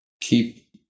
Keep